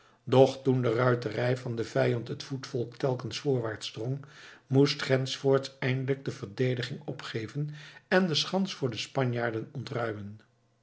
doch toen de ruiterij van den vijand het voetvolk telkens voorwaarts drong moest ghensfort eindelijk de verdediging opgeven en de schans voor de spanjaarden ontruimen